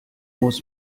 muss